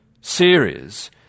series